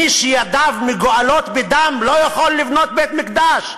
מי שידיו מגואלות בדם לא יכול לבנות בית-מקדש.